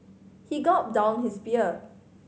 he gulped down his beer